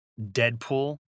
Deadpool